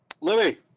Louis